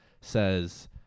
says